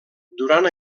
durant